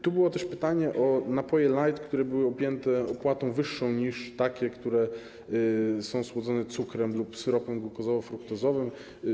Tu było też pytanie o napoje light, które były objęte opłatą wyższą niż takie, które są słodzone cukrem lub syropem glukozowo-fruktozowym.